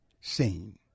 seen